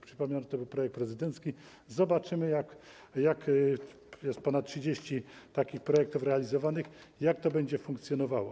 Przypominam, że to był projekt prezydencki, zobaczymy - jest ponad 30 takich projektów realizowanych - jak to będzie funkcjonowało.